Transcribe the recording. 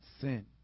sin